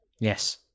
yes